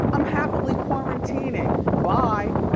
i'm happily quarantining, bye.